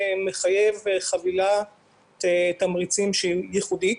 מחייב חבילת תמריצים שהיא ייחודית.